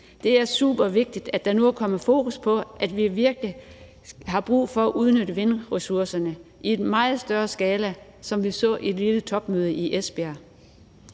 Det er supervigtigt, at der nu er kommet fokus på, at vi virkelig har brug for at udnytte vindressourcerne i en meget større skala, sådan som vi så ved det lille topmøde i Esbjerg.